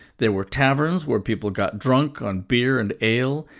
there were taverns where people got drunk on beer and ale,